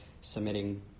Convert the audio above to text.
submitting